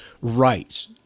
rights